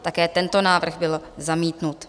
Také tento návrh byl zamítnut.